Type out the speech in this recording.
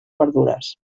verdures